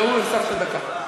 להוא הוספת דקה.